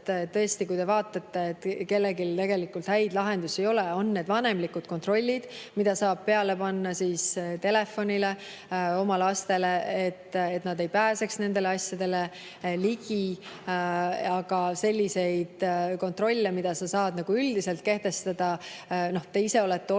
tõesti, kui te vaatate, siis kellelgi tegelikult häid lahendusi ei ole. On need vanemlikud kontrollid, mida saab peale panna oma laste telefonile, et nad ei pääseks nendele asjadele ligi. Aga selliseid kontrolle, mida sa saad nagu üldiselt kehtestada … Noh, te ise olete olnud